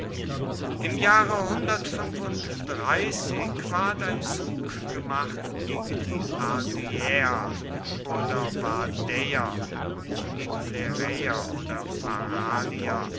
im jahre ward ein zug gemacht gegen die ardyäer oder vardäer und die pleräer oder